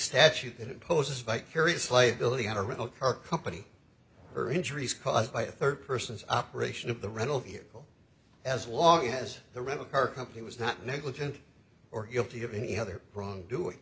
statute that imposes vicarious liability on a real car company or injuries caused by a third person's operation of the rental vehicle as long as the rental car company was not negligent or guilty of any other prong do